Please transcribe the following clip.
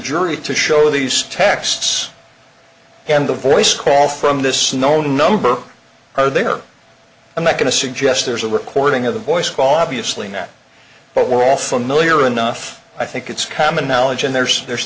jury to show these texts and the voice call from this snow number or they are i'm not going to suggest there's a recording of the voice call obviously not but we're all familiar enough i think it's common knowledge and there's there's